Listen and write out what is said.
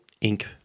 ink